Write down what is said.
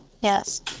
Yes